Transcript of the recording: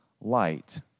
light